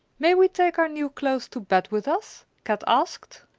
may we take our new clothes to bed with us? kat asked.